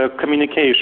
communication